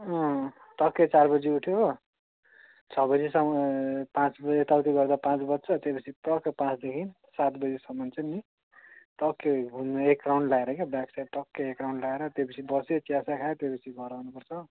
अँ टक्कै चार बजी उठ्यो हो छ बजीसम्म पाँच बजी यताउति गर्दा पाँच बज्छ त्यहाँ पछि टक्क पाँचदेखि सात बजीसम्म चाहिँ नि टक्कै घुम्नु एक राउन्ड लाएर क्या ब्याक साइड टक्कै एक राउन्ड लाएर त्यहाँ पछि बस्यो चियासिया खायो त्यहाँ पछि घर आउनुपर्छ हो